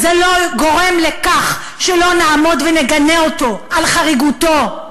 זה לא גורם לכך שלא נעמוד ונגנה אותו על חריגותו.